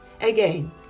Again